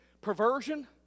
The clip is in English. perversion